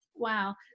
Wow